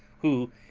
who,